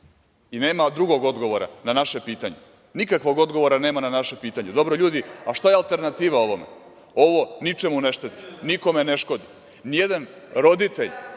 i nema drugog odgovora na naše pitanje, nikakvog odgovora nema na naše pitanje. Dobro, ljudi, šta je alternativa ovome? Ovo ničemu ne šteti, nikome ne škodi. Nijedan roditelj